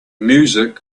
music